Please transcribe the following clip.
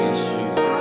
Issues